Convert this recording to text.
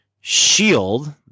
shield